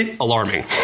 alarming